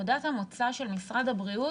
נקודת המוצא של משרד הבריאות